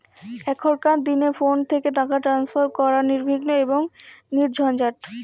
এখনকার দিনে ফোন থেকে টাকা ট্রান্সফার করা নির্বিঘ্ন এবং নির্ঝঞ্ঝাট